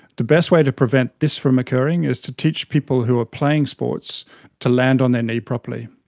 the best way to prevent this from occurring is to teach people who are playing sports to land on their knee properly.